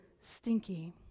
stinky